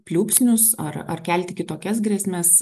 pliūpsnius ar ar kelti kitokias grėsmes